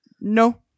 no